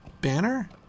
banner